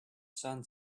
son